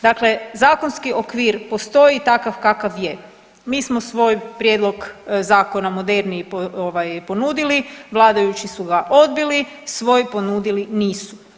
Dakle, zakonski okvir postoji takav kakva je, mi smo svoj prijedlog zakona moderniji ponudili, vladajući su ga odbili, svoj ponudili nisu.